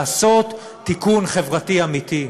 לעשות תיקון חברתי אמיתי.